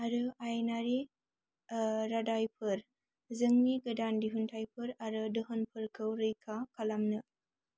आरो आयेनारि रादाइफोर जोंनि गोदान दिहुनथायफोर आरो दोहोनफोरखौ रैखा खालामनो